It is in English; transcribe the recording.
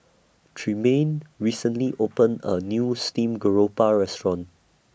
Tremaine recently opened A New Steamed Garoupa Restaurant